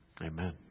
Amen